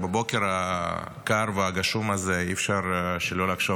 בבוקר הקר והגשום הזה אי-אפשר שלא לחשוב